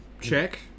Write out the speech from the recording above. check